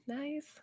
nice